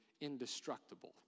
indestructible